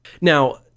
Now